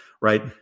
right